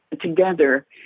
together